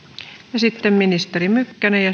sitten ministeri mykkänen ja